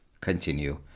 continue